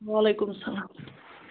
وعلیکُم سلام